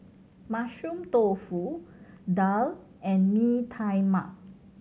Mushroom Tofu daal and Mee Tai Mak